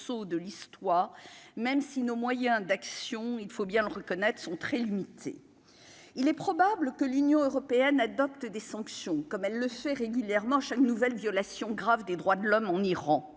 de l'histoire, même si nos moyens d'action, il faut bien le reconnaître, sont très limitées, il est probable que l'Union européenne adopte des sanctions, comme elle le fait régulièrement, chaque nouvelle violation grave des droits de l'homme en Iran